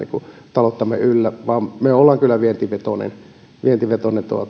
talouttamme yllä vaan me olemme kyllä vientivetoinen vientivetoinen